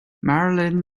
marilyn